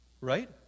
right